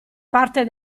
parte